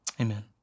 amen